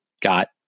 got